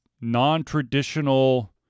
non-traditional